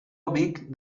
amic